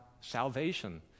salvation